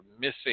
missing